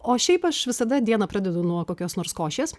o šiaip aš visada dieną pradedu nuo kokios nors košės